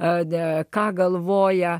ade ką galvoja